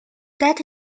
that